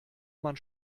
man